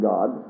God